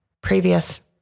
previous